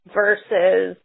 versus